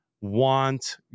want